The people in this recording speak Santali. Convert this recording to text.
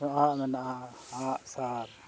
ᱚᱸᱜ ᱢᱮᱱᱟᱜᱼᱟ ᱟᱜᱼᱥᱟᱨ